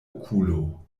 okulo